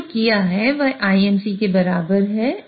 हमने जो किया है यह IMC के बराबर है